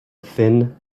thin